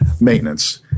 maintenance